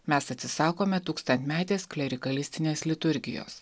mes atsisakome tūkstantmetės klerikalistinis liturgijos